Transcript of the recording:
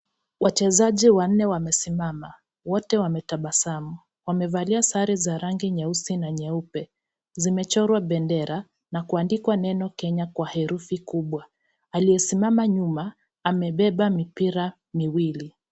Wachezaji wanne wamsimama. Wote wametabasamu. Wamevalia sare ya rangi nyeusi na nyeupe. Zimechorwa bendera na kuandikwa neno Kenya kwa herufi kubwa. Aliyesimama nyuma amebeba mipira miwili.